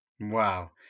Wow